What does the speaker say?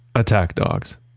attack dogs.